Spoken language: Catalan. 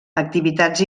activitats